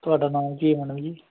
ਤੁਹਾਡਾ ਨਾਮ ਕੀ ਆ ਮੈਡਮ ਜੀ